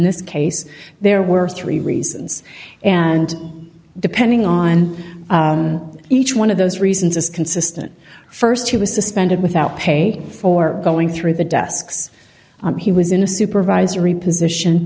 this case there were three reasons and depending on each one of those reasons is consistent st he was suspended without pay for going through the desks he was in a supervisory position